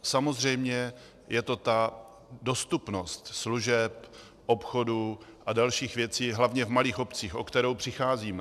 Samozřejmě je to ta dostupnost služeb, obchodu a dalších věcí hlavně v malých obcích, o kterou přicházíme.